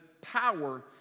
power